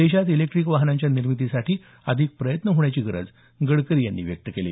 देशात इलेट्रिक वाहनांच्या निर्मितीसाठी अधिक प्रयत्न होण्याची गरज गडकरी यांनी व्यक्त केली